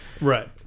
Right